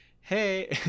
hey